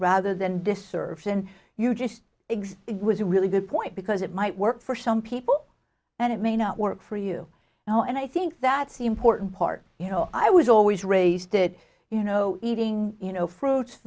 rather than disservice and you just exist it was a really good point because it might work for some people and it may not work for you now and i think that seem porton part you know i was always raised that you know eating you know fruits